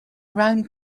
round